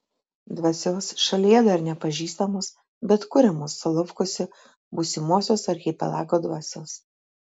dvasios šalyje dar nepažįstamos bet kuriamos solovkuose būsimosios archipelago dvasios